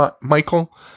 Michael